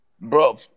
bro